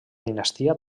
dinastia